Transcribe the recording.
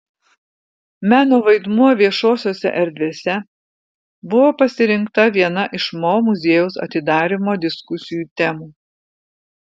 meno vaidmuo viešosiose erdvėse buvo pasirinkta viena iš mo muziejaus atidarymo diskusijų temų